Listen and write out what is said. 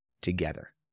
together